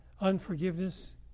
unforgiveness